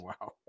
wow